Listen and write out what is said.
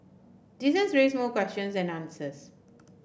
this has raised more questions than answers